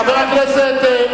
חבר הכנסת,